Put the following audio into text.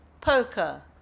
Poker